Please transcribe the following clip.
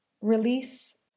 release